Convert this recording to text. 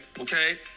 Okay